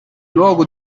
luogo